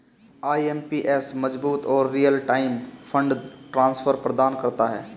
IMPS मजबूत और real time fund transfer प्रदान करता है